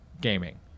gaming